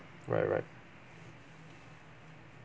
right right